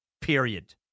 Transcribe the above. period